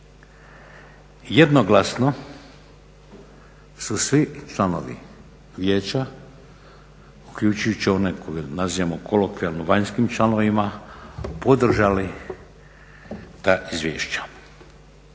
Jednoglasno su svi članovi vijeća uključujući one koje nazivamo kolokvijalno vanjskim članovima podržali ta izvješća.